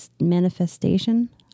Manifestation